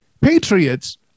Patriots